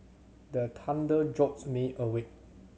the thunder jolt me awake